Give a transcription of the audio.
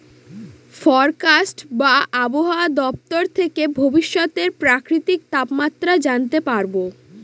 forecast বা আবহাওয়া দপ্তর থেকে ভবিষ্যতের প্রাকৃতিক তাপমাত্রা জানতে পারবো